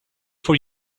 for